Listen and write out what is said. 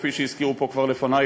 כפי שהזכירו כבר לפני,